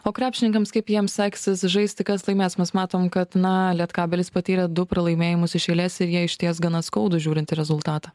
o krepšininkams kaip jiems seksis žaisti kas laimės mus matom kad na lietkabelis patyrė du pralaimėjimus iš eilės ir jie išties gana skaudūs žiūrint į rezultatą